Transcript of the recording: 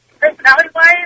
personality-wise